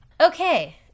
Okay